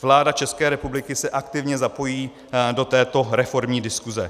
Vláda České republiky se aktivně zapojí do této reformní diskuze.